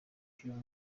cy’uyu